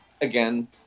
Again